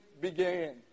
began